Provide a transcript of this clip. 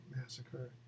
Massacre